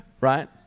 right